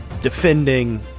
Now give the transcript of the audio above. defending